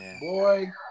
boy